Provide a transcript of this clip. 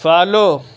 follow